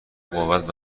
قوت